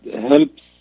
helps